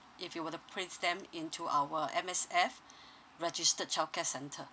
if you were to place them into our M_S_F registered childcare centre